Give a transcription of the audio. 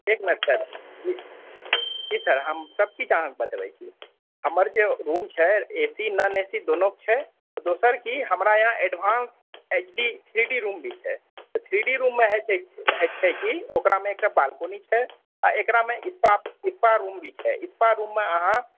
एक minute sir ji जी sir हम सब चीज अहाँके बतबै छी हमर जे रूम छै A C non A C दुनूक छै दोसर की हमरा यहाँ advance H D three D room भी छै थ्री डी रूम मे हइ छै की छै की ओकरामे एकटा बालकोनी छै आ एकरामे एकटा स्पा रूम भी छै स्पा रूम मे अहाँ